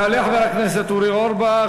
יעלה חבר הכנסת אורי אורבך,